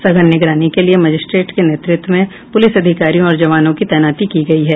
सघन निगरानी के लिये मजिस्ट्रेट की नेतृत्व में पुलिस अधिकारियों और जवानों की तैनाती की गई है